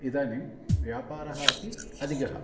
इदानिं व्यापारः अपि अधिकः